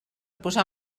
posar